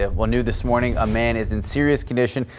ah well new this morning, a man is in serious condition.